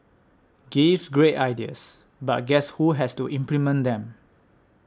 gives great ideas but guess who has to implement them